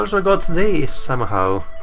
also got these somehow.